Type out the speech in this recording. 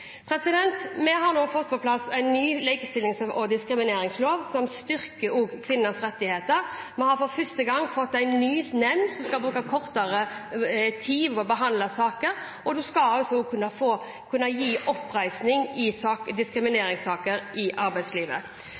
Vi har nå fått på plass en ny likestillings- og diskrimineringslov som styrker kvinners rettigheter. Vi har fått en ny nemnd som skal bruke kortere tid på å behandle saker, og som også skal kunne gi oppreisning i diskrimineringssaker i arbeidslivet.